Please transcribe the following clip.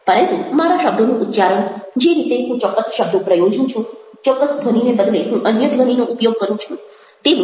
પરંતુ મારા શબ્દોનું ઉચ્ચારણ જે રીતે હું ચોક્કસ શબ્દો પ્રયોજું છું ચોક્કસ ધ્વનિને બદલે હું અન્ય ધ્વનિનો ઉપયોગ કરું છું તેવું